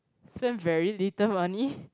spend very little money